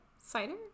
cider